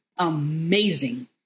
Amazing